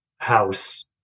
House